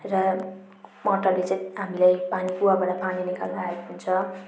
र मोटरले चाहिँ हामीलाई पानी कुवाबाट पानी पानी निकाल्दा हेल्प हुन्छ